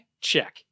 Check